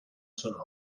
sonora